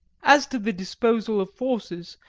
as to the disposal of forces,